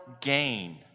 gain